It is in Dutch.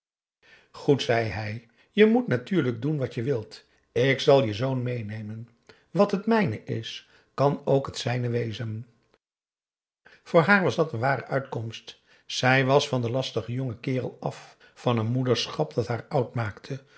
goed zei hij je moet natuurlijk doen wat je wilt ik zal je zoon meenemen wat het mijne is kan ook het zijne wezen voor haar was dat een ware uitkomst zij was van den lastigen jongen kerel af van een moederschap dat haar oud maakte